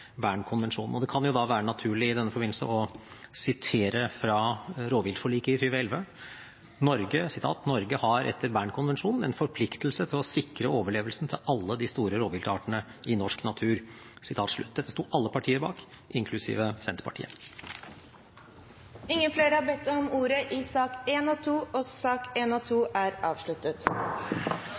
Det kan da være naturlig i denne forbindelse å sitere fra rovviltforliket i 2011: «Norge har etter Bern-konvensjonen en forpliktelse til å sikre overlevelsen til alle de store rovviltartene i norsk natur.» Dette sto alle partier bak, inklusiv Senterpartiet. Flere har ikke bedt om ordet til sakene nr. 1 og 2. Etter ønske fra energi- og